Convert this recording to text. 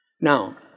Now